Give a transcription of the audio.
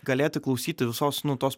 galėti klausyti visos nu tos